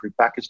prepackaged